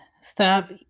stop